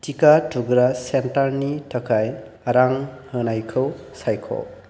टिका थुग्रा सेन्टारनि थाखाय रां होनायखौ सायख'